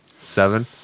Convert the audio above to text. seven